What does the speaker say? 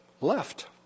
left